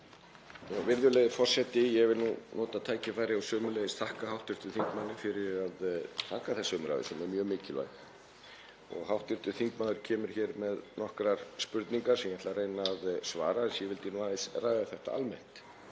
Virðulegi forseti. Ég vil nota tækifærið og sömuleiðis þakka hv. þingmanni fyrir að taka þessa umræðu sem er mjög mikilvæg. Hv. þingmaður kemur hér með nokkrar spurningar sem ég ætla að reyna að svara, en ég vildi aðeins ræða þetta almennt.